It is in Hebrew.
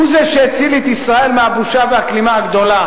הוא זה שהציל את ישראל מהבושה והכלימה הגדולה